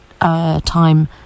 time